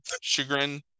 Chagrin